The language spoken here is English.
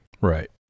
Right